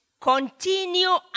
Continue